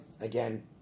again